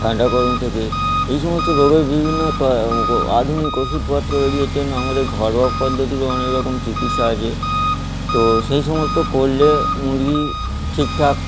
ঠাণ্ডা গরম থেকে এই সমস্ত রোগের বিভিন্ন তো আধুনিক ওষুধপত্র বেরিয়েছে আমাদের ঘরোয়া পদ্ধতিতেও অনেক রকম চিকিৎসা আছে তো সেই সমস্ত করলে মুরগি ঠিকঠাক